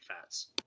fats